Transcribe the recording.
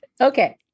Okay